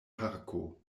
parko